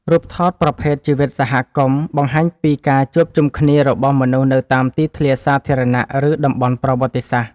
រូបថតប្រភេទជីវិតសហគមន៍ បង្ហាញពីការជួបជុំគ្នារបស់មនុស្សនៅតាមទីធ្លាសាធារណៈ ឬតំបន់ប្រវត្តិសាស្ត្រ។